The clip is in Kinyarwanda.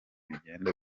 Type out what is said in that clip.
bigenda